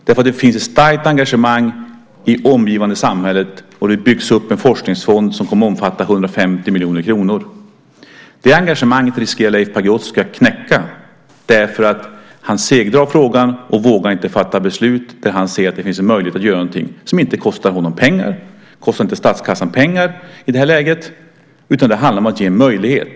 Det finns ett starkt engagemang i det omgivande samhället, och det byggs upp en forskningsfond som kommer att omfatta 150 miljoner kronor. Det engagemanget riskerar Leif Pagrotsky att knäcka. Han segdrar frågan och vågar inte fatta beslut där han ser att det finns en möjlighet att göra någonting som inte kostar honom pengar. Det kostar inte statskassan pengar i det här läget, utan det handlar om att ge möjlighet.